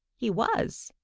he was.